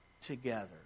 together